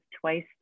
twice